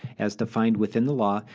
as defined within the law,